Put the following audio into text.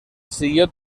siguió